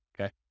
okay